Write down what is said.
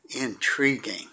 Intriguing